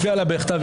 אחר כך הסיבוב